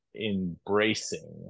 embracing